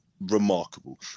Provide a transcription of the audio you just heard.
remarkable